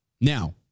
Now